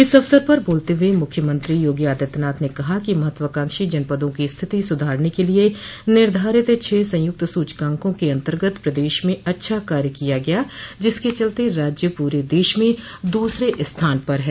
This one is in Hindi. इस अवसर पर बोलते हुए मुख्यमंत्री योगी आदित्यनाथ ने कहा कि महत्वाकांक्षी जनपदों की स्थिति सुधारने के लिए निर्धारित छह संयुक्त सूचकांकों के अन्तर्गत प्रदेश में अच्छा कार्य किया गया जिसके चलते राज्य पूरे देश में दूसरे स्थान पर है